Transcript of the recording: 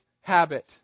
habit